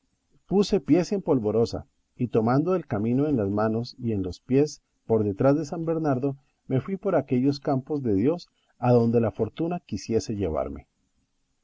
puse pies en polvorosa y tomando el camino en las manos y en los pies por detrás de san bernardo me fui por aquellos campos de dios adonde la fortuna quisiese llevarme